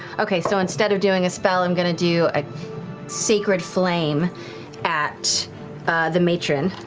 okay, so instead of doing a spell, i'm going to do a sacred flame at the matron.